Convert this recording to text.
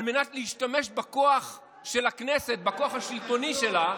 על מנת להשתמש בכוח של הכנסת, בכוח השלטוני שלה,